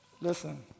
listen